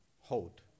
hold